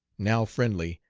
now friendly,